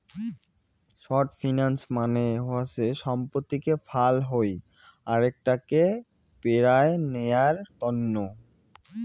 short finance মানে হসে সম্পত্তিকে ফাল হই আরেক টাকে পেরায় নেয়ার তন্ন